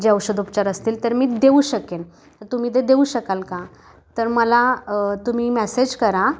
जे औषधोपचार असतील तर मी देऊ शकेन तुम्ही ते देऊ शकाल का तर मला तुम्ही मेसेज करा